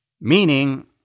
meaning